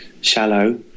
shallow